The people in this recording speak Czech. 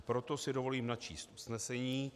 Proto si dovolím načíst usnesení: